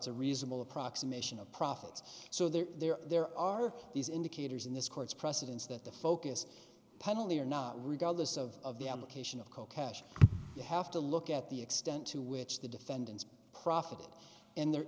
's a reasonable approximation of profits so there there are these indicators in this court's precedents that the focus penalty or not regardless of the application of coke hash you have to look at the extent to which the defendants profit and there